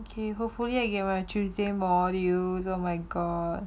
okay hopefully I get a tuesday module oh my god